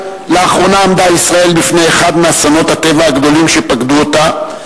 לאחרונה עמדה ישראל בפני אחד מאסונות הטבע הגדולים שפקדו אותה,